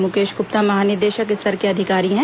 मुकेश ग्रप्ता महानिदेशक स्तर के अधिकारी हैं